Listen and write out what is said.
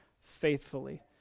faithfully